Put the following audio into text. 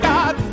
God